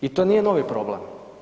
I to nije novi problem.